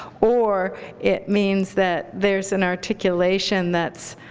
or it means that there's an articulation that's,